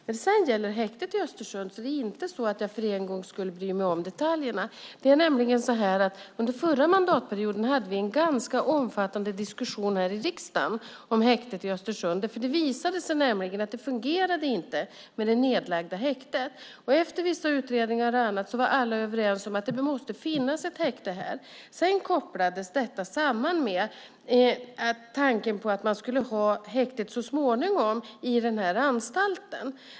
När det gäller häktet i Östersund är det inte så att jag för en gångs skull bryr mig om detaljerna. Under förra mandatperioden hade vi nämligen en ganska omfattande diskussion här i riksdagen om häktet i Östersund. Det visade sig nämligen att det inte fungerade med det nedlagda häktet. Efter vissa utredningar och annat var alla överens om att det måste finnas ett häkte där. Sedan kopplades detta samman med tanken på att man så småningom skulle ha häktet i den här anstalten.